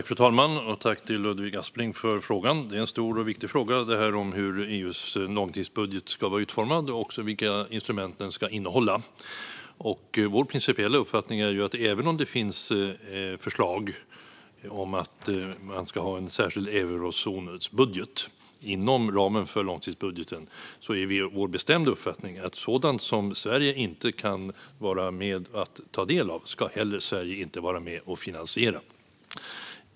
Fru talman! Tack till Ludvig Aspling för frågan! Hur EU:s långtidsbudget ska vara utformad och vilka instrument den ska innehålla är en stor och viktig fråga. Även om det finns förslag om att man ska ha en särskild eurozonsbudget inom ramen för långtidsbudgeten är det vår bestämda principiella uppfattning att sådant som Sverige inte kan vara med och ta del av ska Sverige heller inte vara med och finansiera.